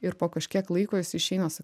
ir po kažkiek laiko jis išeina